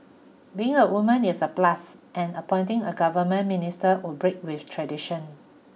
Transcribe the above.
being a woman is a plus and appointing a government minister would break with tradition